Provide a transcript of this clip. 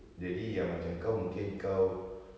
jadi yang macam kau mungkin kau